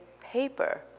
paper